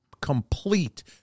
complete